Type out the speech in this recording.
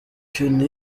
kenny